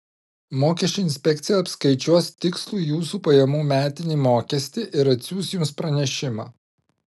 mokesčių inspekcija apskaičiuos tikslų jūsų pajamų metinį mokestį ir atsiųs jums pranešimą